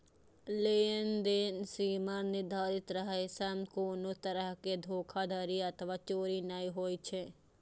लेनदेन सीमा निर्धारित रहै सं कोनो तरहक धोखाधड़ी अथवा चोरी नै होइ छै